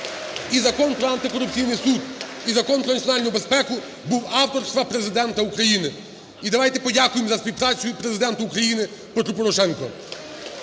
І Закон про антикорупційний суд, і Закон "Про національну безпеку" був авторства Президента України. І давайте подякуємо за співпрацю і Президенту Петру Порошенку.